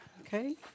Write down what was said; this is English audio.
okay